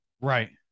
right